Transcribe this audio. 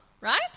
right